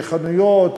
בחנויות,